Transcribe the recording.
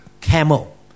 camel